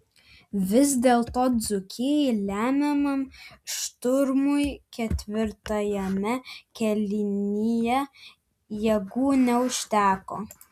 vis dėlto dzūkijai lemiamam šturmui ketvirtajame kėlinyje jėgų neužteko